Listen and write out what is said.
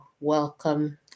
welcome